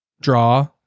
draw